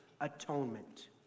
atonement